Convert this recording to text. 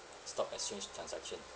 stock exchange transaction